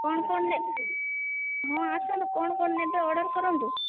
କଣ କଣ ନେବେ ହଁ ଆସନ୍ତୁ କଣ କଣ ନେବେ ଅର୍ଡ଼ର କରନ୍ତୁ